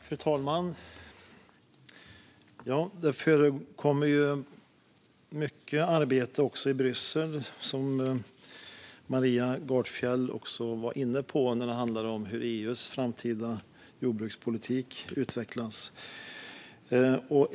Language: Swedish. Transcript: Fru talman! Det förekommer mycket arbete också i Bryssel, vilket Maria Gardfjell var inne på apropå hur EU:s framtida jordbrukspolitik utvecklas.